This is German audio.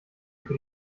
für